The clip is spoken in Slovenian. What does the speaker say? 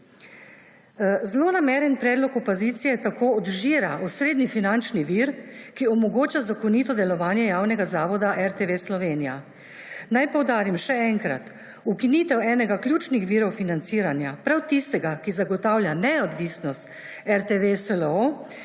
Zlonameren predlog opozicije tako odžira osrednji finančni vir, ki omogoča zakonito delovanje javnega zavoda RTV Slovenija. Naj poudarim še enkrat, ukinitev enega ključnih virov financiranja, prav tistega, ki zagotavlja neodvisnost RTV SLO,